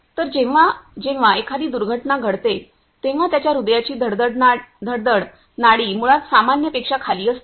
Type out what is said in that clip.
तर जेव्हा जेव्हा एखादी दुर्घटना घडते तेव्हा त्याच्या हृदयाची धडधड नाडी मुळात सामान्यपेक्षा खाली असते